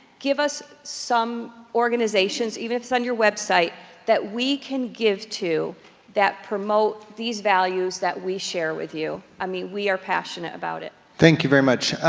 give us some organizations, even if it's on your website, that we can give to that promote these values that we share with you. i mean, we are passionate about it. thank you very much.